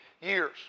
years